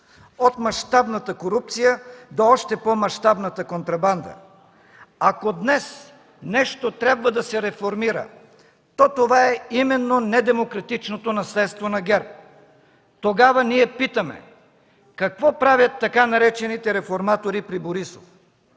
от мащабната корупция до още по-мащабната контрабанда! Ако днес нещо трябва да се реформира, то това е именно недемократичното наследство на ГЕРБ! Тогава ние питаме: какво правят така наречените „реформатори” при Борисов?